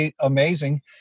amazing